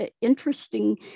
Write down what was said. interesting